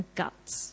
guts